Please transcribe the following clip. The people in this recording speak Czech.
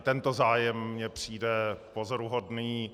Tento zájem mně přijde pozoruhodný.